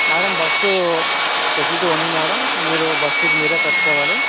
madam bus facility ఉంది madam మీరు bus fees మిరే కట్టుకోవాలి